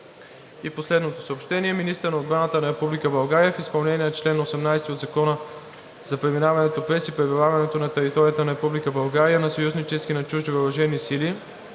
И последното съобщение: министърът на отбраната на Република България в изпълнение на чл. 18 от Закона за преминаването през и пребиваването на територията на Република България на съюзнически и на чужди въоръжени сили